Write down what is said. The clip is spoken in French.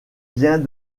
vient